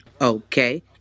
Okay